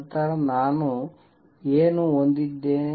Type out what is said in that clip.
ನಂತರ ನಾನು ಏನು ಹೊಂದಿದ್ದೇನೆ